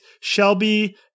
Shelby